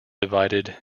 divided